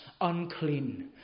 unclean